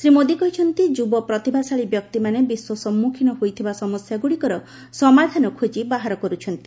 ଶ୍ରୀ ମୋଦି କହିଛନ୍ତି ଯୁବ ପ୍ରତିଭାଶାଳୀ ବ୍ୟକ୍ତିମାନେ ବିଶ୍ୱ ସମ୍ମୁଖୀନ ହୋଇଥିବା ସମସ୍ୟା ଗୁଡ଼ିକର ସମାଧାନ ଖୋଜି ବାହାର କରୁଛନ୍ତି